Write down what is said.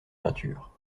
peinture